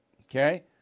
okay